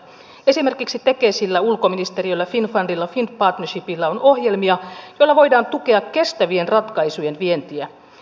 esimerkiksi tekesillä ulkoministeriöllä finnfundilla finnpartnershipillä on ohjelmia joilla voidaan tukea kestävien ratkaisujen vientiä